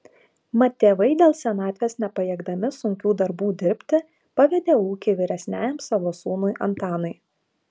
mat tėvai dėl senatvės nepajėgdami sunkių darbų dirbti pavedė ūkį vyresniajam savo sūnui antanui